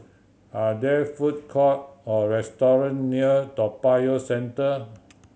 are there food courts or restaurants near Toa Payoh Central